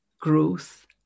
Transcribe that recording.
growth